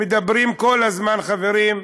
מדברים כל הזמן, חברים,